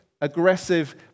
aggressive